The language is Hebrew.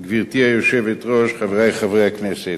גברתי היושבת-ראש, חברי חברי הכנסת,